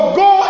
go